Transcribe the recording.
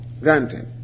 Granted